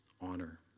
honor